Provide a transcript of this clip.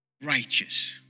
righteous